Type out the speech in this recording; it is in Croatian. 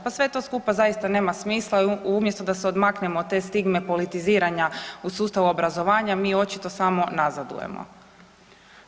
Pa sve to skupa zaista nema smisla i umjesto da se odmaknemo od te stigme politiziranja u sustavu obrazovanja mi očito samo nazadujemo.